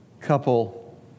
couple